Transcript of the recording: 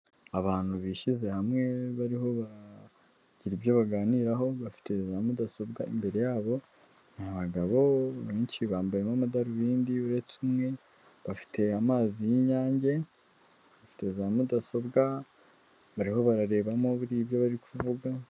Abantu bishyize hamwe bariho bagira ibyo baganiraho, bafite za mudasobwa imbere yabo ni abagabo benshi bambayemo amadarubindi uretse umwe, bafite amazi y'inyange, bafite za mudasobwa bariho bararebamo buriya ibyo bari kuvuga.